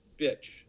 bitch